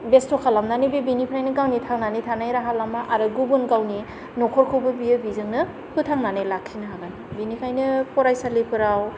बेस्थ' खालामनानै बे बेनिफ्रायनो गावनि थांनानै थानाय राहा लामा आरो गुबुन गावनि न'खरखौबो बियो बिजोंनो फोथांनानै लाखिनो हागोन बिनिखायनो फरायसालिफोराव